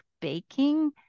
baking